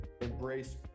embrace